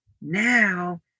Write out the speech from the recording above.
now